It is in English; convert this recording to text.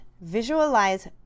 Visualize